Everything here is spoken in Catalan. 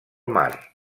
mar